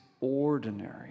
ordinary